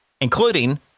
including